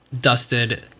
dusted